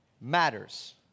matters